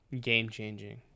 game-changing